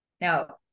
Now